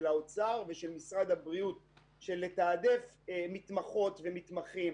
האוצר ושל משרד הבריאות לתעדף מתמחות מתמחים.